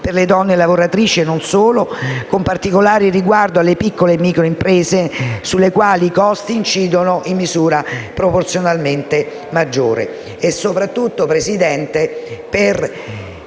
per le donne lavoratrici, con particolare riguardo alle piccole e micro imprese, sulle quali i costi incidono in misura proporzionalmente maggiore.**